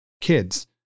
kids